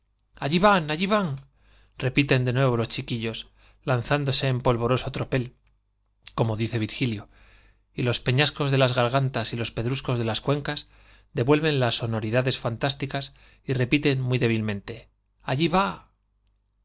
ayí van ayí van r repiten de nuevo los chi quillos lanzándose en polvoroso tropel como dice virgilio y los peñascos de las gargantas y los pedruscos de las cuencas devuelven las sonoridades fantásticas y repiten muy débilmente j ayí va